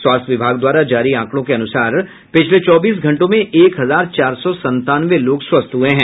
स्वास्थ्य विभाग द्वारा जारी आंकड़ों के अनुसार पिछले चौबीस घंटों में एक हजार चार सौ संतानवे लोग स्वस्थ हुए हैं